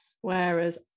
Whereas